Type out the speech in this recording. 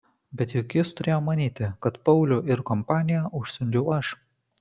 bet juk jis turėjo manyti kad paulių ir kompaniją užsiundžiau aš